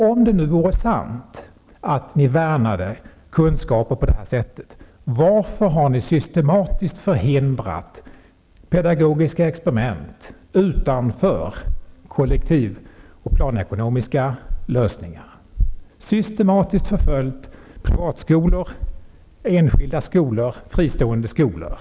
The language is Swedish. Om det nu vore sant att ni värnar om kunskaper på det sätt som angavs, varför har ni systematiskt förhindrat pedagogiska experiment utanför kollektiv och planekonomiska lösningar och systematiskt förföljt privatskolor, enskilda skolor och fristående skolor?